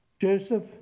Joseph